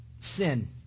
Sin